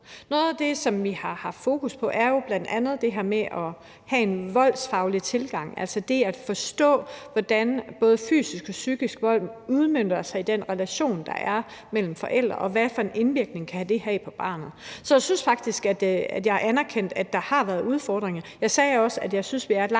Noget af det, som vi har haft fokus på, er jo bl.a. det her med at have en voldsfaglig tilgang, altså det at forstå, hvordan både fysisk og psykisk vold udmønter sig i den relation, der er mellem forældre, og hvilken indvirkning det kan have på barnet. Så jeg synes faktisk, at jeg anerkendte, at der har været udfordringer. Jeg sagde også, at jeg synes, at vi er et langt